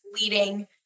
leading